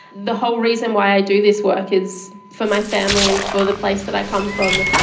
the whole reason why i do this work is for my family and for the place that i come from,